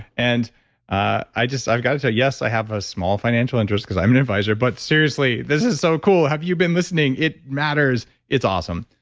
and i just, i've got to say yes, i have a small financial interest because i'm an advisor, but seriously, this is so cool. have you been listening? it matters. it's awesome.